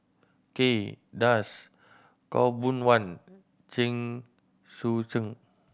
Kay Das Khaw Boon Wan Chen Sucheng